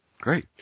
Great